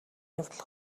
явдал